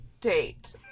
date